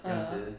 ugh